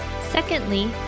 Secondly